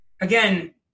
again